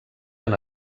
han